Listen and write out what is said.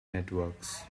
networks